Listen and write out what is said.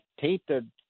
tainted